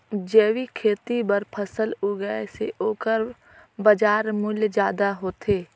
जैविक खेती बर फसल उगाए से ओकर बाजार मूल्य ज्यादा होथे